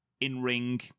in-ring